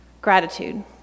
Gratitude